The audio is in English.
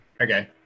okay